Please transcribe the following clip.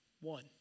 one